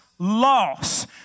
Loss